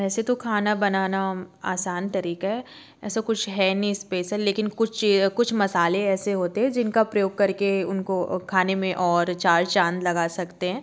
वैसे तो खाना बनाना आसान तरीक़ा है ऐसा कुछ है नी इस्पेसल लेकिन कुछ कुछ मसाले ऐसे होते हैं जिनका प्रयोग कर के उनको खाने में और चार चाँद लगा सकते हैं